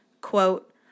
Quote